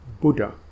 Buddha